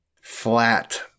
flat